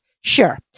sure